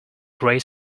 grey